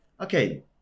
Okay